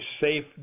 safe